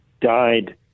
died